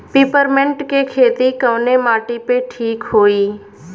Peppermint के खेती कवने माटी पे ठीक होई?